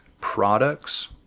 products